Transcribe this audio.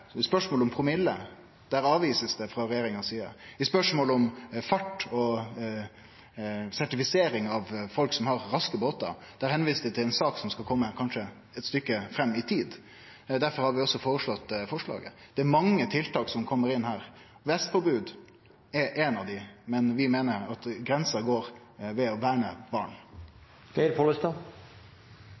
spørsmålet om promille avvist frå regjeringa si side. I spørsmålet om fart og sertifisering av folk som har raske båtar, blir det vist til ei sak som kanskje kjem eit stykke fram i tid. Derfor har vi også føreslått forslaget. Det er mange tiltak som kjem inn her – vestpåbod er eitt av dei. Men vi meiner grensa går ved å verne